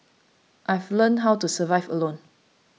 I've learnt how to survive alone